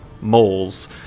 moles